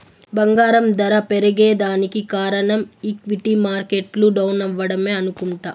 బంగారం దర పెరగేదానికి కారనం ఈక్విటీ మార్కెట్లు డౌనవ్వడమే అనుకుంట